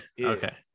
okay